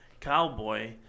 Cowboy